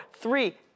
three